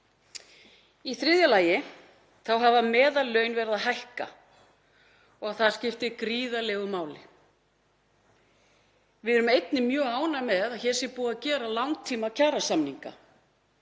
Í þriðja lagi hafa meðallaun verið að hækka og það skiptir gríðarlegu máli. Við erum einnig mjög ánægð með að hér sé búið að gera langtímakjarasamninga.